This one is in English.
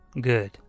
Good